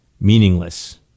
meaningless